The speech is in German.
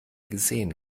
gesehen